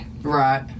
Right